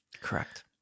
Correct